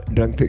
Drunk